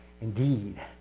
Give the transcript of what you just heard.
Indeed